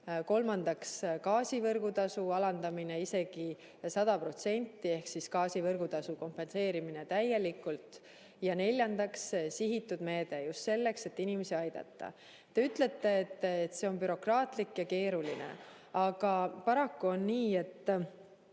Kolmandaks, gaasi võrgutasu alandamine isegi 100% ehk selle kompenseerimine täielikult. Neljandaks, sihitud meede just selleks, et inimesi aidata. Te ütlete, et see on bürokraatlik ja keeruline, aga paraku on nii, et